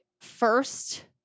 first